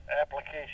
application